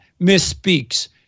misspeaks